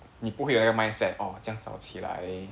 你不会有那个 mindset orh 这样早起来